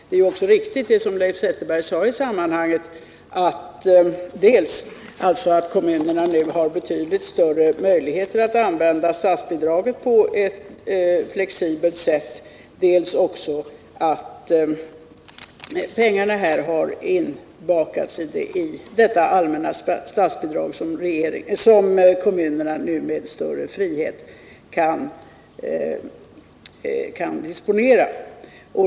Det som Leif Zetterberg sade är också riktigt, dels att kommunerna nu har betydligt större möjligheter att använda statsbidraget på ett flexibelt sätt, dels att pengarna har inbakats i detta allmänna statsbidrag som kommunerna nu med större frihet kan disponera.